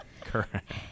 Correct